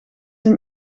een